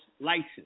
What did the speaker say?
license